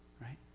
right